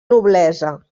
noblesa